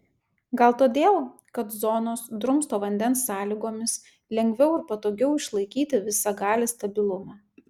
gal todėl kad zonos drumsto vandens sąlygomis lengviau ir patogiau išlaikyti visagalį stabilumą